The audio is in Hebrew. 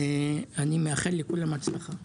מאחל הצלחה לכולם.